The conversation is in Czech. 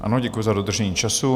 Ano, děkuji za dodržení času.